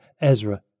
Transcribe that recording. Ezra